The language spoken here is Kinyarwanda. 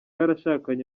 yarashakanye